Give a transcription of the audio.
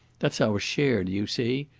that's our share, do you see?